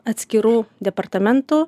atskirų departamentų